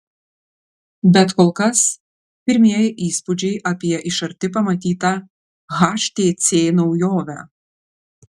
bet kol kas pirmieji įspūdžiai apie iš arti pamatytą htc naujovę